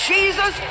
Jesus